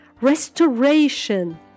Restoration